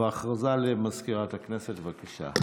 הודעה למזכירת הכנסת, בבקשה.